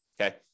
Okay